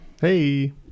Hey